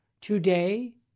today